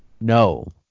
No